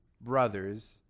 brothers